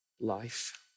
life